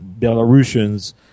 Belarusians